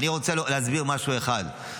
אני רוצה להסביר משהו אחד: